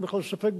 אין בכלל ספק בזה.